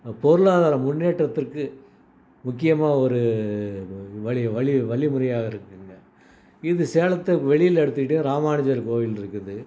பொருளாதார முன்னேற்றத்திற்கு முக்கியமா ஒரு வ வழி வழி வழிமுறையாக இருக்குதுங்க இது சேலத்து வெளியில் எடுத்துக்கிட்டால் ராமானுஜர் கோயில் இருக்குது